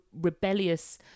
rebellious